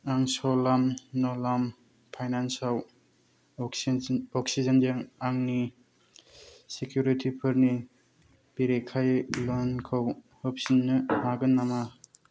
आं च'लामान्दालाम फाइनान्सआव अक्सिजेनजों आंनि सिकिउरिटिफोरनि बेरेखायै ल'नखौ होफिन्नो हागोन नामा